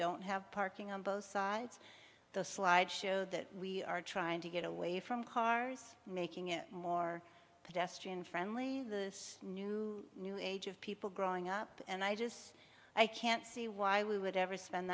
don't have parking on both sides the slide show that we are trying to get away from cars making it more pedestrian friendly the new new age of people growing up and i just i can't see why we would ever spend